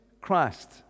Christ